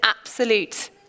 absolute